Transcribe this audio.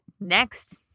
Next